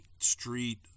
Street